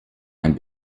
ein